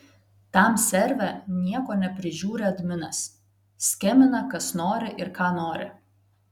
tam serve nieko neprižiūri adminas skemina kas nori ir ką nori